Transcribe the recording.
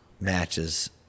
matches